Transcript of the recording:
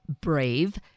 Brave